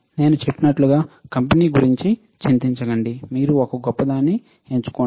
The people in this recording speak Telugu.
నేను చెప్పినట్లుగా కంపెనీ గురించి చింతించకండి మీరు ఒక గొప్పదాన్ని ఎంచుకోండి